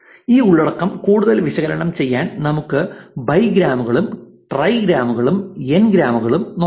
ഈ ഉള്ളടക്കം കൂടുതൽ വിശകലനം ചെയ്യാൻ നമുക്ക് ബൈഗ്രാമുകളും ട്രൈഗ്രാമുകളും എൻഗ്രാമുകളും നോക്കാം